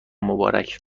مبارک